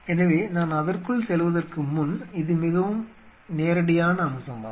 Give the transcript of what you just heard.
எனவே நான் அதற்குள் செல்வதற்கு முன் இது மிகவும் நேரடியான அம்சமாகும்